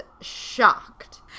shocked